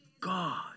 God